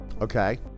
Okay